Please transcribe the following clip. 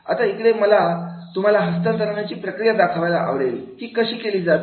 आता इकडे मला तुम्हाला हस्तांतरणाची प्रक्रिया दाखवायला आवडेल ही कशी केली जाते